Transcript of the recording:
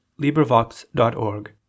LibriVox.org